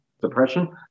depression